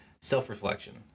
self-reflection